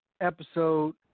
episode